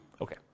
Okay